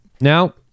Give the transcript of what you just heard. Now